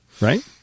Right